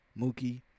mookie